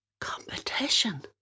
Competition